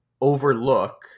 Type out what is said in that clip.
overlook